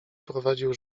prowadził